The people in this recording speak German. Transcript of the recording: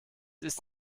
ist